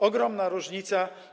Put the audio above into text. ogromna różnica.